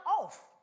off